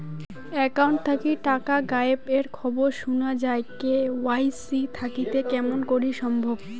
Account থাকি টাকা গায়েব এর খবর সুনা যায় কে.ওয়াই.সি থাকিতে কেমন করি সম্ভব?